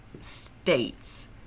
states